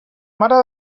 mare